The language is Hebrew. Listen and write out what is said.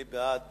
מי שבעד